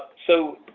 so,